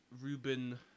Ruben